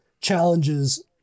challenges